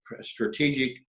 strategic